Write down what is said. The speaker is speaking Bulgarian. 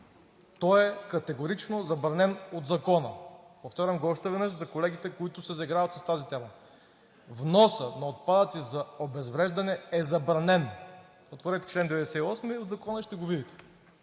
то е категорично забранен от Закона, повтарям го още веднъж за колегите, които се заиграват с тази тема. Вносът на отпадъци за обезвреждане е забранен! Отворете чл. 98 от Закона и ще го видите.